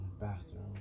bathroom